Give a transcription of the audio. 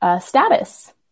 status